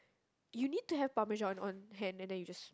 you need to have parmesan on hand and then you just